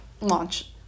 launch